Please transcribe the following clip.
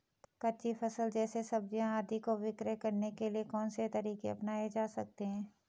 कच्ची फसल जैसे सब्जियाँ आदि को विक्रय करने के लिये कौन से तरीके अपनायें जा सकते हैं?